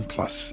Plus